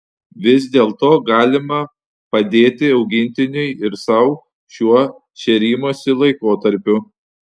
vis dėlto galima padėti augintiniui ir sau šiuo šėrimosi laikotarpiu